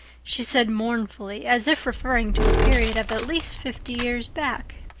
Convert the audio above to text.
she said mournfully, as if referring to a period of at least fifty years back.